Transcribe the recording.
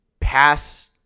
pass